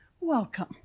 welcome